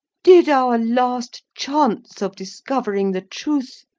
did our last chance of discovering the truth,